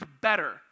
better